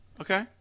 Okay